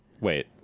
Wait